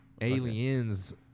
Aliens